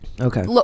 Okay